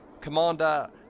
Commander